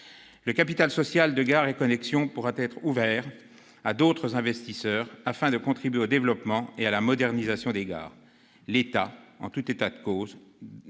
Le capital social de Gares & Connexions pourra être ouvert à d'autres investisseurs, afin de contribuer au développement et à la modernisation des gares, l'État devant, en tout état de cause,